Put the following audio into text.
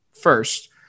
first